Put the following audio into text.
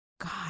God